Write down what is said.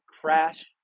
crash